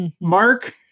Mark